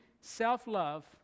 self-love